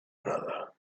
another